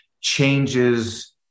changes